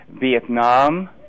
Vietnam